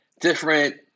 different